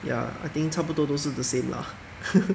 ya I think 差不多都是 the same lah